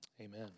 Amen